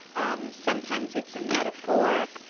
um sometimes it's a metaphor,